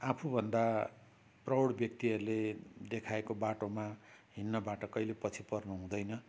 आफूभन्दा प्रौढ व्यक्तिहरूले देखाएको बाटोमा हिँड्नबाट कहिले पछि पर्नु हुँदैन